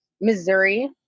missouri